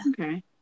okay